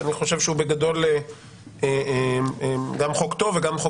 אני חושב שהוא בגדול גם חוק טוב וגם חוק